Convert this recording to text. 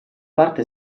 parte